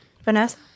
Vanessa